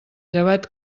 llevat